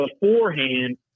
beforehand